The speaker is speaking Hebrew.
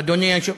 אדוני היושב,